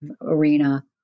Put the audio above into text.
arena